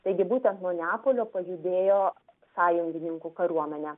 taigi būtent nuo neapolio pajudėjo sąjungininkų kariuomenė